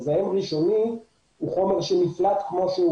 מזהם ראשוני הוא חומר שנפלט כמו שהוא